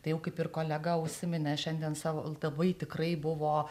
tai jau kaip ir kolega užsiminė šiandien savo labai tikrai buvo